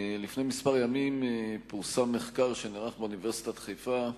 לפני כמה ימים פורסם מחקר שנערך באוניברסיטת חיפה,